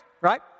right